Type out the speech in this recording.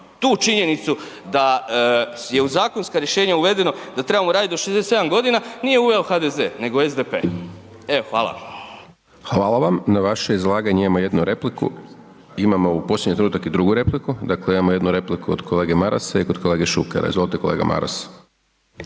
tu činjenicu da je u zakonska rješenja uvedeno da trebamo radit do 67.g. nije uveo HDZ, nego SDP, evo hvala. **Hajdaš Dončić, Siniša (SDP)** Hvala vam. Na vaše izlaganje imamo jednu repliku, imamo u posljednji trenutak i drugu repliku. Dakle, imamo jednu repliku od kolege Marasa i kod kolege Šukera, izvolite kolega Maras.